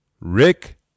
Rick